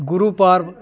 गुरु पर्ब